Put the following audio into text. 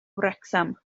wrecsam